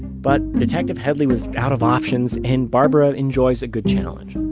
but detective headley was out of options and barbara enjoys a good challenge.